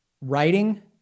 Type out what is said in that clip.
Writing